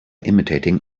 imitating